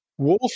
Wolf